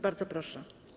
Bardzo proszę.